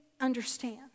understand